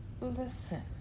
listen